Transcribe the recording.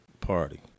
party